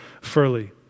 Furley